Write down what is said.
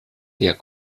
der